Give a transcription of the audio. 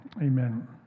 Amen